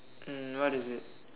um what is it